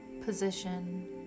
position